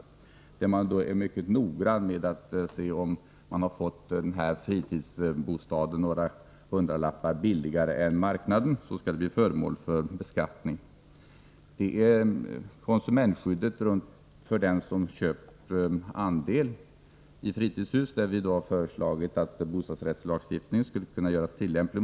Taxeringsmyndigheterna är mycket noggranna när det gäller att kontrollera om den anställde har fått tillgång till fritidsbostaden några hundralappar billigare. I så fall blir förmånen föremål för beskattning. Vidare berörs konsumentskyddet för den som köpt andel i fritidshus. Där har vi föreslagit att bostadsrättslagstiftningen skall göras tillämplig.